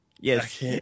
Yes